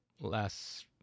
last